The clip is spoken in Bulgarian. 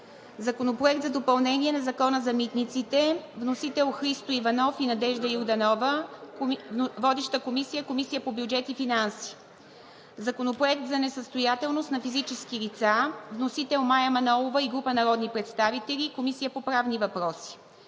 Законопроект за допълнение на Закона за митниците. Вносители – Христо Иванов и Надежда Йорданова. Водеща е Комисията по бюджет и финанси. Законопроект за несъстоятелност на физическите лица. Вносители – Мая Манолова и група народни представители. Водеща е Комисията по правни въпроси.